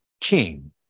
king